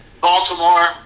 Baltimore